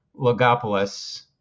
Logopolis